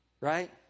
right